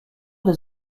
des